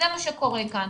זה מה שקורה כאן.